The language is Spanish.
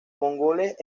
mongoles